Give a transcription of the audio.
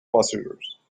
passengers